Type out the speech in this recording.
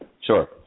Sure